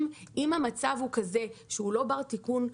אם המצב הוא כזה שהוא לא בר תיקון,